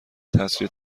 تسریع